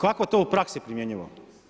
Kako je to u praksi primjenjivo?